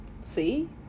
See